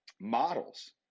models